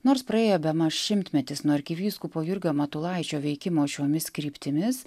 nors praėjo bemaž šimtmetis nuo arkivyskupo jurgio matulaičio veikimo šiomis kryptimis